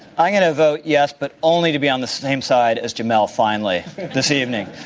i'm going to vote, yes, but only to be on the same side as jamelle finally this evening.